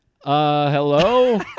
hello